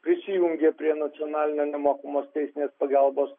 prisijungė prie nacionalinio nemokamos teisinės pagalbos